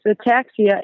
ataxia